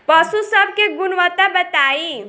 पशु सब के गुणवत्ता बताई?